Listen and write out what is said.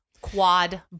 Quad